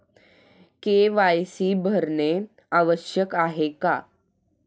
KYC भरणे आवश्यक आहे का?